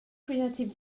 creative